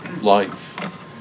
life